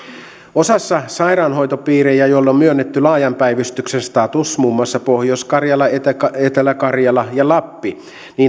osassa sairaanhoitopiirejä joille on myönnetty laajan päivystyksen status muun muassa pohjois karjala etelä karjala ja lappi